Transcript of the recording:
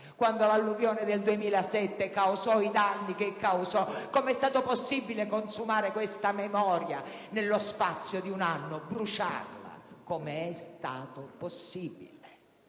accade! L'alluvione del 2007 causò i danni che causò. Come è stato possibile consumare questa memoria nello spazio di un anno, bruciarla? Com'è stato possibile?